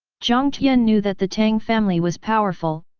jiang tian knew that the tang family was powerful,